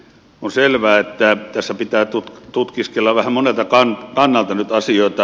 on selvää että tässä pitää tutkiskella vähän monelta kannalta nyt asioita